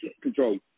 control